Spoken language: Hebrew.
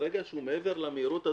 ברגע שהוא מעבר למהירות הזו,